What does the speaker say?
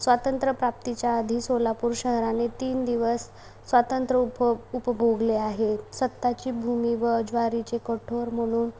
स्वातंत्र्यप्राप्तीच्या आधी सोलापूर शहराने तीन दिवस स्वातंत्र्य उफ् उपभोगले आहे सत्ताची भूमी व ज्वारीची कठोर म्हणून